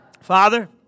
Father